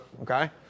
okay